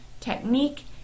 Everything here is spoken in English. technique